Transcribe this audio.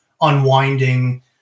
unwinding